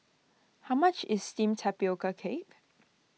how much is Steamed Tapioca Cake